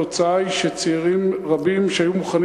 התוצאה היא שצעירים רבים שהיו מוכנים